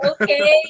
okay